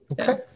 Okay